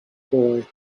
boy